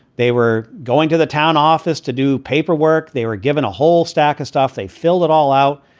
they were going to the town office to do paperwork they were given a whole stack of stuff. they filled it all out.